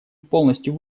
полностью